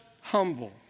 humble